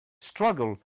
struggle